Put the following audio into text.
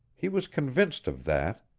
he was convinced of that.